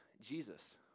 Jesus